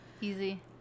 easy